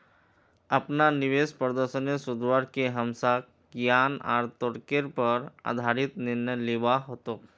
अपनार निवेश प्रदर्शनेर सुधरवार के हमसाक ज्ञान आर तर्केर पर आधारित निर्णय लिबा हतोक